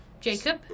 jacob